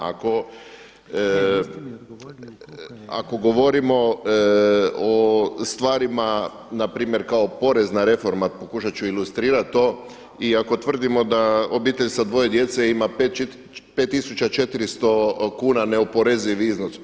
Ako govorimo o stvarima na primjer kao porezna reforma, pokušat ću ilustrirati to i ako tvrdimo da obitelj sa dvoje djece ima 5400 kuna neoporezivi iznos.